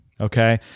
Okay